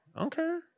Okay